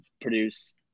produce